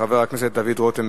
חבר הכנסת דוד רותם.